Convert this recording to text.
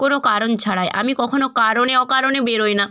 কোনো কারণ ছাড়াই আমি কখনও কারণে অকারণে বেরই না